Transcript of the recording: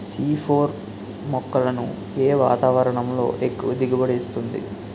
C four మొక్కలను ఏ వాతావరణంలో ఎక్కువ దిగుబడి ఇస్తుంది?